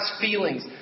feelings